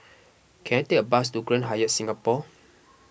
can I take a bus to Grand Hyatt Singapore